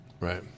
Right